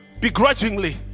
Begrudgingly